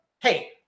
hey